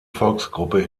volksgruppe